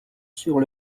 sur